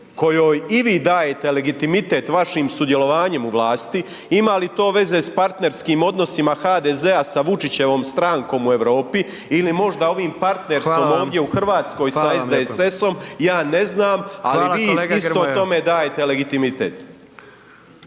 kojoj i vi dajete legitimitet vašim sudjelovanjem u vlasti, ima li to veze s partnerskim odnosima HDZ-a, sa Vučićevom strankom u Europi ili možda ovim partnerstvom ovdje u Hrvatskoj sa SDSS-om, ja ne znam …/Upadica Predsjednik: